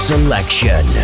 Selection